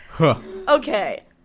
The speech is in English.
okay